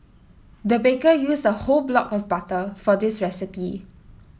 the baker used a whole block of butter for this recipe